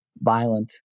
violent